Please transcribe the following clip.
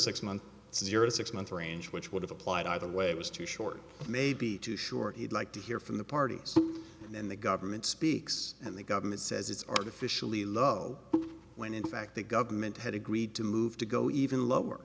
six month zero six month range which would have applied either way it was too short maybe too short he'd like to hear from the parties and then the government speaks and the government says it's artificially low when in fact the government had agreed to move to go even lower